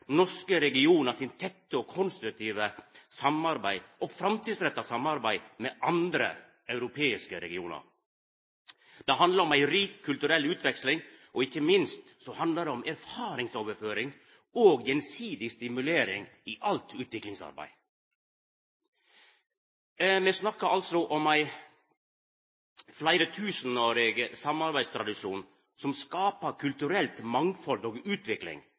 norske regionar sine tette, konstruktive og framtidsretta samarbeid med andre europeiske regionar. Det handlar om ei rik kulturell utveksling, og ikkje minst handlar det om erfaringsoverføring og gjensidig stimulering til alt utviklingsarbeid. Me snakkar altså om ein fleiretusenårig samarbeidstradisjon som skapar kulturelt mangfald og utvikling,